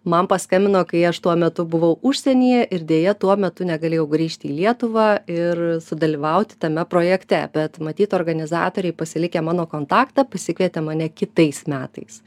man paskambino kai aš tuo metu buvau užsienyje ir deja tuo metu negalėjau grįžti į lietuvą ir sudalyvauti tame projekte bet matyt organizatoriai pasilikę mano kontaktą pasikvietė mane kitais metais